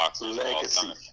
Legacy